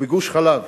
בגוש-חלב